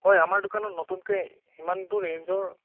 হয় আমাৰ দোকানত নতুনকৈ সিমানটো ৰেঞ্জৰ